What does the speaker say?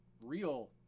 real